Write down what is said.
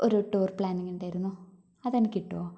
ഒരു ടൂർ പ്ലാനിങ്ങുണ്ടായിരുന്നു അതുതന്നെ കിട്ടുമോ